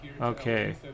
Okay